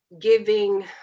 giving